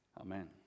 Amen